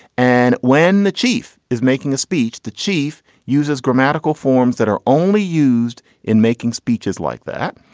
and when the chief is making a speech, the chief uses grammatical forms that are only used in making speeches like that.